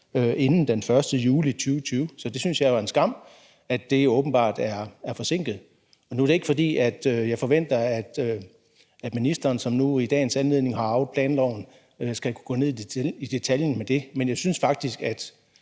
inden den 1. juli 2020. Så jeg synes jo, det er en skam, at det åbenbart er forsinket. Nu er det ikke, fordi jeg forventer, at ministeren, som nu i dagens anledning har arvet planloven, skal gå ned i detaljen med det, men jeg synes faktisk, at